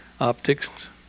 optics